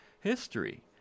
History